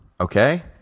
Okay